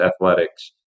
athletics